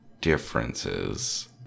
differences